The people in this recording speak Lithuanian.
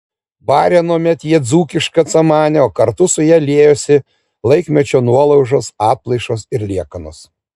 varė anuomet jie dzūkišką samanę o kartu su ja liejosi laikmečio nuolaužos atplaišos ir liekanos